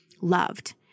loved